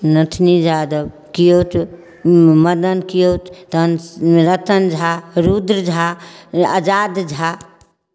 नथुनी यादव केवट मदन केवट तऽ नरोत्तम झा रूद्र झा आजाद झा